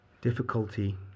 difficulty